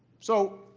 so